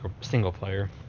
single-player